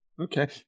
Okay